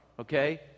okay